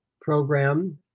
program